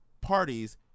parties